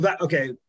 okay